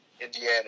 Indiana